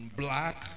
black